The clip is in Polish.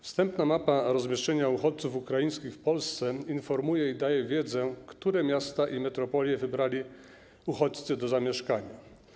Wstępna mapa rozmieszczenia uchodźców ukraińskich w Polsce informuje i daje wiedzę o tym, które miasta i metropolie wybrali uchodźcy do zamieszkania.